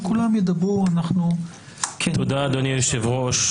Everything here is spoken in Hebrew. אדוני היושב-ראש,